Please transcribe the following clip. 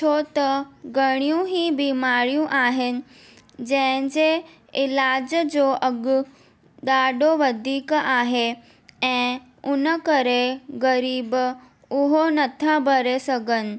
छो त घणियूं ई बीमारियूं आहिनि जंहिंजे इलाज जो अघि ॾाढो वधीक आहे ऐं उन करे गरीब उहो नथा भरे सघनि